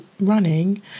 running